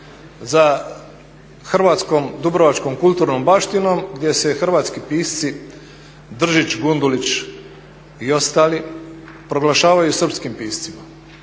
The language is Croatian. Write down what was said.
za hrvatskom dubrovačkom kulturnom baštinom gdje se hrvatski pisci Držić, Gundulić i ostali proglašavaju srpskim piscima